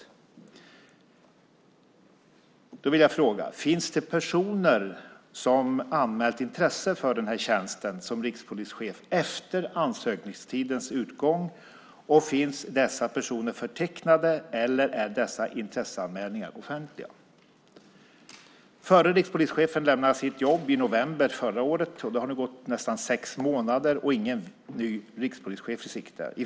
Därför vill jag fråga: Finns det personer som har anmält intresse för tjänsten som rikspolischef efter ansökningstidens utgång, och finns dessa personer förtecknade eller är dessa intresseanmälningar offentliga? Förre rikspolischefen lämnade sitt jobb i november förra året. Det har nu gått nästan sex månader, och ingen ny rikspolischef är i sikte.